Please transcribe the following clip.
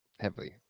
heavily